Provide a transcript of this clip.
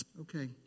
Okay